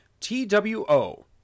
T-W-O